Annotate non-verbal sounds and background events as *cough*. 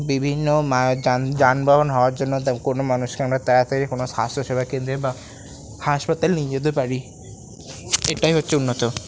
বিভিন্ন যান যানবাহন হওয়ার জন্য কোনো মানুষকে আমরা তাড়াতাড়ি কোনো স্বাস্থ্যসেবা কেন্দ্রে বা *unintelligible* হাসপাতাল নিয়ে যেতে পারি *unintelligible* এটাই হচ্ছে উন্নত